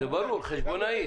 ברור, חשבונאית.